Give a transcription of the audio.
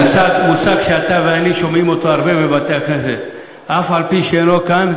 מושג שאתה ואני שומעים אותו הרבה בבתי-כנסת: אף-על-פי שאינו כאן,